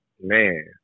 man